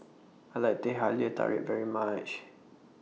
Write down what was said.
I like Teh Halia Tarik very much